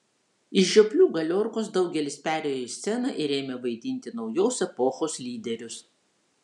iš žioplių galiorkos daugelis perėjo į sceną ir ėmė vaidinti naujos epochos lyderius